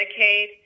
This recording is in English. Medicaid